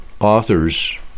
authors